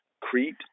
Crete